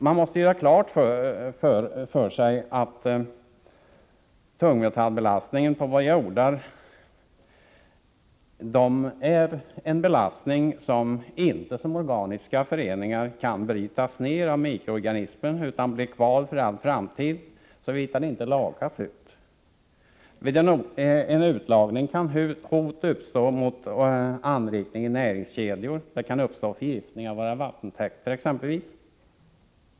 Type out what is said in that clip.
Man måste göra klart för sig att de tungmetaller som belastar våra jordar inte, som organiska föreningar, kan brytas ned av mikroorganismer, utan tungmetallerna blir kvar för all framtid, såvida de inte lakas ur. Vid en urlakning kan hot uppstå om anrikning i näringskedjor. Det kan exempelvis uppstå förgiftning av våra vattentäkter.